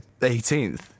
18th